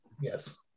Yes